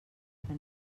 que